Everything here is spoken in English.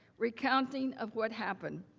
recounting of what happened.